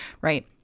right